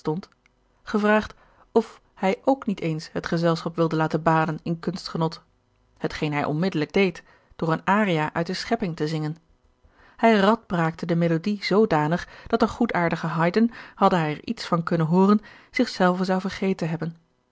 gevraagd f hij ook niet eens het gezelschap wilde laten baden in kunstgenot hetgeen hij onmiddellijk deed door eene aria uit de schepping te zingen hij radbraakte de melodie zoodanig dat de goedaardige haydn hadde hij er iets van kunnen hooren zich zelven zou vergeten hebben